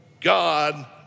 God